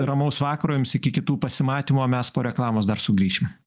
ramaus vakaro jums iki kitų pasimatymų o mes po reklamos dar sugrįšim